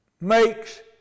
makes